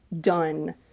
done